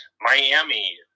Miami